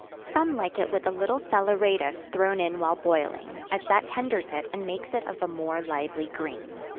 some like it with a little salaeratus thrown in while boiling, as that tenders it and makes it of a more lively green.